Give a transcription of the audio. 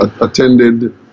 attended